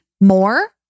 more